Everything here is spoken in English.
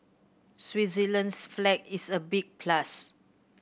Switzerland's flag is a big plus